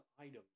items